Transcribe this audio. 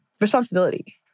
responsibility